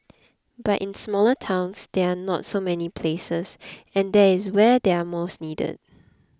but in smaller towns there are not so many places and that is where they are most needed